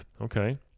Okay